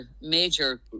major